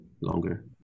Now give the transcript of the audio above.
longer